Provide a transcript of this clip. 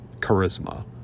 charisma